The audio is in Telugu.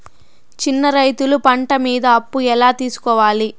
చిన్న రైతులు పంట మీద అప్పు ఎలా తీసుకోవాలి?